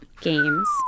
games